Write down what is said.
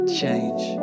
change